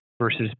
versus